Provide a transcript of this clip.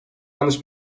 yanlış